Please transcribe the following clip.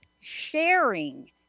Sharing